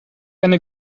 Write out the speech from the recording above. eine